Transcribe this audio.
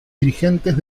dirigentes